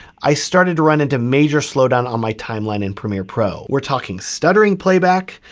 i started to run into major slowdown on my timeline in premier pro. we're talking stuttering playback,